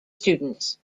students